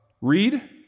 Read